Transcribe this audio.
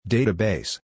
Database